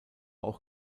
auch